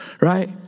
Right